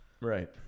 Right